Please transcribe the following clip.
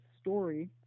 story